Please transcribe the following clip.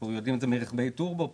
אנחנו יודעים את זה מרכבי הטורבו,